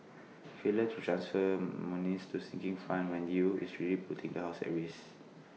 failure to transfer monies to sinking fund when due is really putting the house at risk